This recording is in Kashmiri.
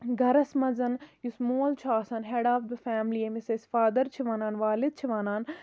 گَرَس مَنٛزَن یُس مول چھُ آسان ہیٚڈ آف دَ فیملی ییٚمِس أسۍ فادَر چھِ وَنان والِد چھِ وَنان